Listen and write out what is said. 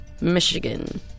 Michigan